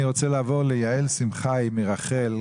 אני רוצה לעבור ליעל שמחאי מרח"ל,